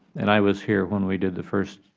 and i was here when we did the first